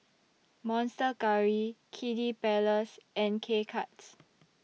Monster Curry Kiddy Palace and K Cuts